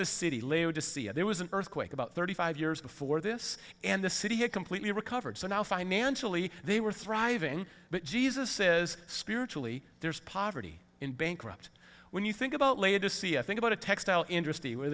laodicea there was an earthquake about thirty five years before this and the city had completely recovered so now financially they were thriving but jesus says spiritually there is poverty in bankrupt when you think about latest see i think about a textile industry where